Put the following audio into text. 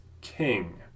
king